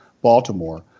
Baltimore